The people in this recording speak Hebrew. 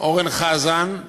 אורן חזן,